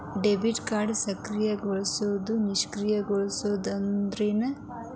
Debit ಕಾರ್ಡ್ನ ಸಕ್ರಿಯಗೊಳಿಸೋದು ನಿಷ್ಕ್ರಿಯಗೊಳಿಸೋದು ಅಂದ್ರೇನು?